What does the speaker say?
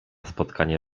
spotkanie